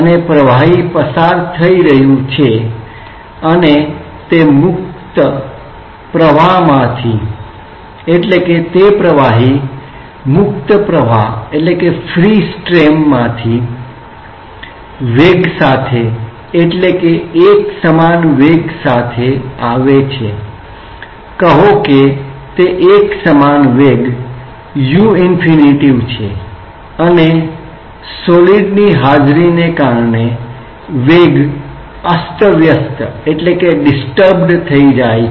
અને પ્રવાહી પસાર થઈ રહ્યુ છે અને તે પ્રવાહી મુક્ત પ્રવાહમાંથી વેગ એટલે કે એકસમાન વેગ u∞ સાથે આવે છે અને નક્કર હાજરીને કારણે વેગ અસ્ત વ્યસ્ત થઈ જાય છે